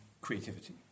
creativity